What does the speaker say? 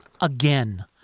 again